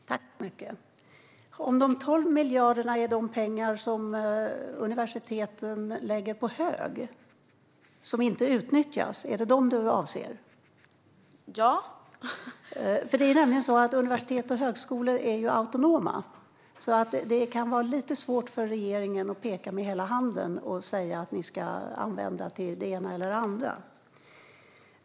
Herr talman! Är de 12 miljarder som avses de pengar som universiteten lägger på hög och inte utnyttjar? : Ja.) Universitet och högskolor är nämligen autonoma. Det kan vara lite svårt för regeringen att peka med hela handen och säga att pengarna ska användas till det ena eller det andra.